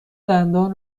دندان